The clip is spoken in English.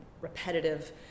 repetitive